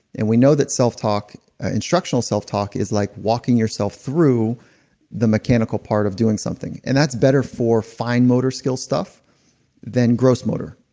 and we know that self talk instructional self talk is like walking yourself through the mechanical part of doing something. and that's better for fine motor skills stuff than gross motor.